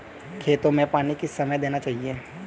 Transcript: खेतों में पानी किस समय देना चाहिए?